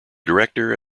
director